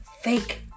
fake